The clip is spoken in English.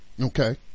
Okay